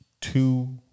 two